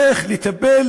איך לטפל